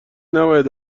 نباید